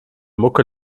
mucke